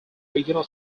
original